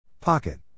Pocket